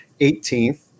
18th